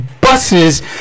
buses